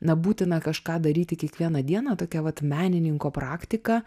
na būtina kažką daryti kiekvieną dieną tokia vat menininko praktika